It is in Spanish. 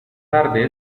tarde